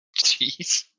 Jeez